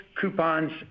coupons